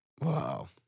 Wow